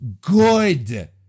good